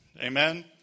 Amen